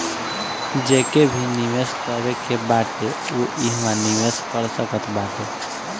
जेके भी निवेश करे के बाटे उ इहवा निवेश कर सकत बाटे